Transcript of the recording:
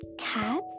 cats